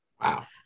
wow